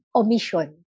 omission